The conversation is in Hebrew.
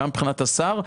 מבחינת השר.